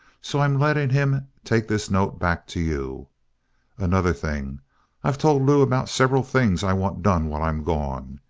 so i'm letting him take this note back to you another thing i've told lew about several things i want done while i'm gone.